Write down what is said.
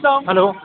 hello